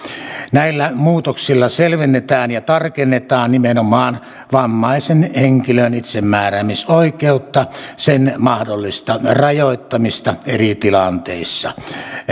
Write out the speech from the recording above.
näillä muutoksilla selvennetään ja tarkennetaan nimenomaan vammaisen henkilön itsemääräämisoikeutta sen mahdollista rajoittamista eri tilanteissa